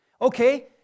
Okay